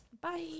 Bye